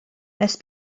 nes